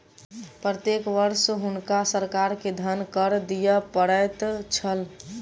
प्रत्येक वर्ष हुनका सरकार के धन कर दिअ पड़ैत छल